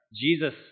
Jesus